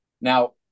Now